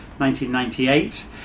1998